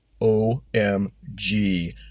OMG